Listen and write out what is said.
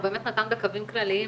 הוא באמת נתן בקווים כלליים